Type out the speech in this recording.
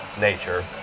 nature